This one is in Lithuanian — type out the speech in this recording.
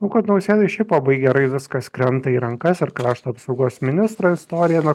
nu kad nausėdai šiaip labai gerai viskas krenta į rankas ir krašto apsaugos ministro istorija na